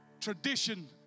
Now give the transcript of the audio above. Tradition